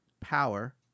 power